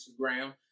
Instagram